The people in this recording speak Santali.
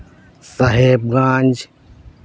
ᱥᱟᱦᱮᱵᱽᱜᱚᱸᱡᱽ